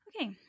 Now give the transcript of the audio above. okay